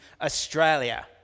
Australia